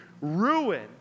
ruin